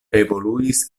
evoluis